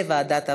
לוועדת העבודה,